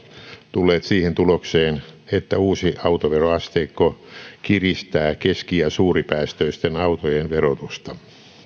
tulleet siihen tulokseen että uusi autoveroasteikko kiristää keski ja suuripäästöisten autojen verotusta